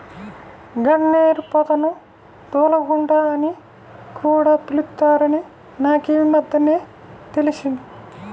గన్నేరు పొదను దూలగుండా అని కూడా పిలుత్తారని నాకీమద్దెనే తెలిసింది